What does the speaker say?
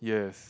yes